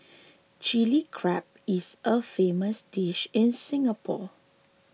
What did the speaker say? Chilli Crab is a famous dish in Singapore